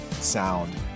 sound